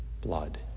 blood